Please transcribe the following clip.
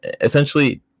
essentially